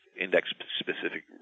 index-specific